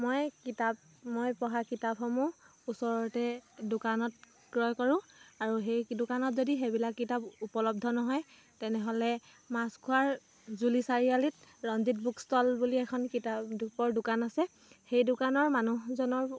মই কিতাপ মই পঢ়া কিতাপসমূহ ওচৰতে দোকানত ক্ৰয় কৰোঁ আৰু সেই দোকানত যদি সেইবিলাক কিতাপ উপলব্ধ নহয় তেনেহ'লে মাছখোৱাৰ জুলি চাৰিআলিত ৰঞ্জিত বুক ষ্টল বুলি এখন কিতাপৰ দোকান আছে সেই দোকানৰ মানুহজনৰ